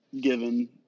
given